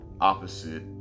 opposite